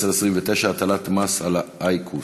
מס' 1029: הטלת מס על האייקוס.